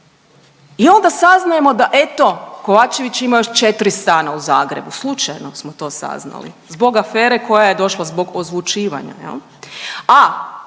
I onda saznajemo da eto Kovačević ima još 4 stana uz Zagrebu, slučajno smo to saznali zbog afere koja je došla zbog ozvučivanja